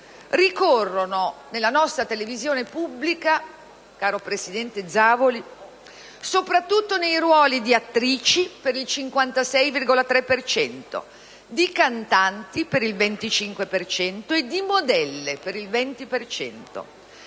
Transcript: ricorrono nella nostra televisione pubblica, caro presidente Zavoli, soprattutto nei ruoli di attrici per il 56,3 per cento, di cantanti per il 25 per cento e di modelle per il 20